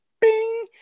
Bing